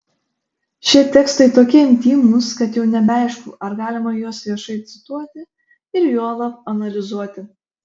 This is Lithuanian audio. šie tekstai tokie intymūs kad jau nebeaišku ar galima juos viešai cituoti ir juolab analizuoti